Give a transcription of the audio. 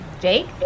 Jake